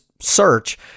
search